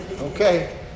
Okay